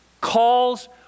calls